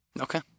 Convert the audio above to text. Okay